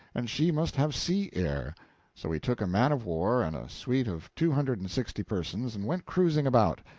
and she must have sea-air. so we took a man-of-war, and a suite of two hundred and sixty persons, and went cruising about,